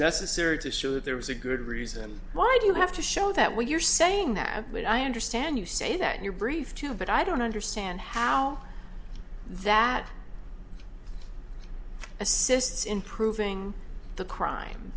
necessary to show that there was a good reason why do you have to show that when you're saying that but i understand you say that you're briefed too but i don't understand how that assists in proving the crime